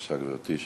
בבקשה, גברתי.